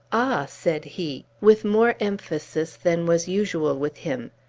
ah! said he, with more emphasis than was usual with him.